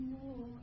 more